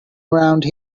around